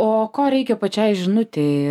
o ko reikia pačiai žinutei